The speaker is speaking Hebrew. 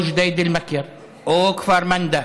או ג'דיידה-מכר, או כפר מנדא,